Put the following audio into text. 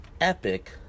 epic